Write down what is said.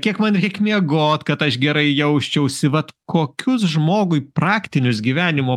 kiek man reik miegot kad aš gerai jausčiausi vat kokius žmogui praktinius gyvenimo